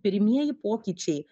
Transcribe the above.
pirmieji pokyčiai